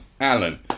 Alan